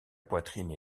poitrine